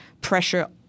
pressure